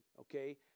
Okay